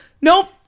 Nope